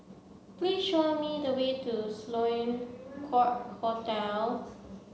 please show me the way to Sloane Court Hotel